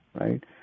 right